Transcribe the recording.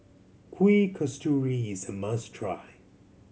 Kuih Kasturi is a must try